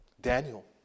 Daniel